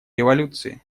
революции